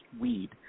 weed